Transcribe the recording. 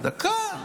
דקה.